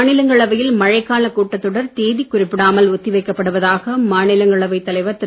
மாநிலங்களவையில் மழைக்கால கூட்டத் தொடர் தேதி குறிப்பிடாமல் ஒத்திவைக்கப்படுவதாக மாநிலங்களவைத் தலைவர் திரு